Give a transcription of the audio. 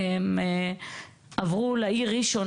הם עברו לעיר ראשון.